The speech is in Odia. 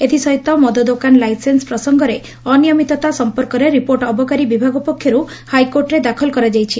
ଏଥିସହିତ ମଦ ଦୋକାନ ଲାଇସେନ୍ ପ୍ରସଙ୍ଗରେ ଅନିୟମିତତା ସଂପର୍କରେ ରିପୋର୍ଟ ଅବକାରୀ ବିଭାଗ ପକ୍ଷରୁ ହାଇକୋର୍ଟରେ ଦାଖଲ କରାଯାଇଛି